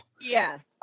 Yes